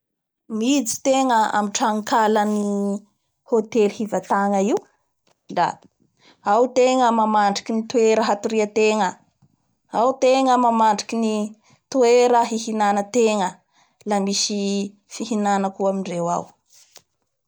Miditsy tegna amin'ny tranokalan'ny hotely hivatagna io la ao tegna mamandriky ny toera hatoria tegna, ao tegna mamandriky ny toera hihianan tegna la misy fihinanan koa amindreo ao.